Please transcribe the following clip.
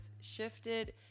shifted